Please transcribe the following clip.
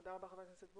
תודה רבה ח"כ בוסו.